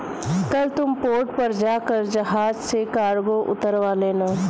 कल तुम पोर्ट पर जाकर जहाज से कार्गो उतरवा लेना